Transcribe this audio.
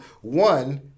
one